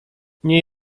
nie